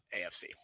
AFC